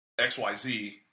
XYZ